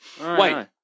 Wait